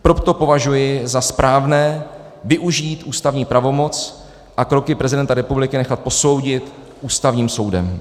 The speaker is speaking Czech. Proto považuji za správné využít ústavní pravomoc a kroky prezidenta republiky nechat posoudit Ústavním soudem.